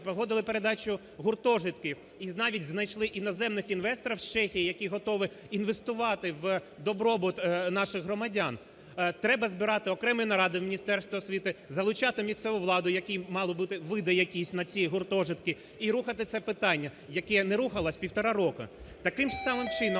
погодили передачу гуртожитків, і навіть знайшли іноземних інвесторів з Чехії, які готові інвестувати в добробут наших громадян. Треба збирати окремі наради в Міністерстві освіти, залучати місцеву владу, в якій мали бути види якісь на ці гуртожитки, і рухати це питання, яке не рухалось півтора року. Таким же самим чином